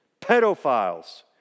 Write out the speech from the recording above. pedophiles